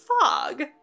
fog